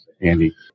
Andy